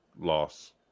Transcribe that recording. Loss